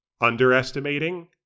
underestimating